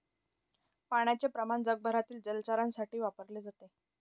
पाण्याचे प्रमाण जगभरातील जलचरांसाठी वापरले जाते